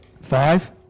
five